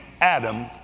Adam